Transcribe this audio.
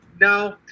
no